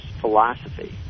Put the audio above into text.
philosophy